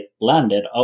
landed